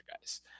guys